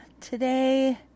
Today